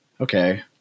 okay